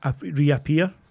reappear